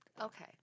okay